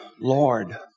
Lord